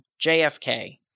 JFK